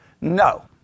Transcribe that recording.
No